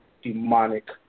demonic